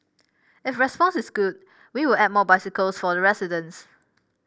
if response is good we will add more bicycles for the residents